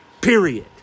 Period